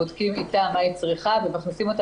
בודקים איתה מה היא צריכה ומכניסים אותה